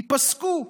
ייפסקו.